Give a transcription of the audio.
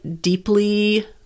deeply